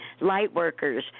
lightworkers